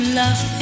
love